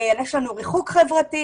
יש לנו ריחוק חברתי.